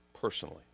personally